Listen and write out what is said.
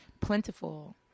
plentiful